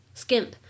skimp